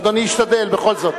אדוני ישתדל, בכל זאת.